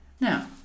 Now